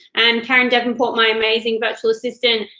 and karen davenport, my amazing virtual assistant,